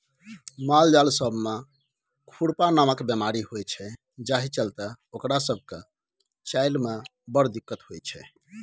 मालजाल सब मे खुरपका नामक बेमारी होइ छै जाहि चलते ओकरा सब केँ चलइ मे बड़ दिक्कत होइ छै